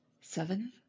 seven